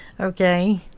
okay